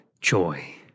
joy